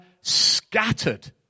scattered